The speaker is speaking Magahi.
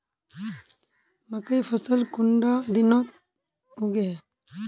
मकई फसल कुंडा दिनोत उगैहे?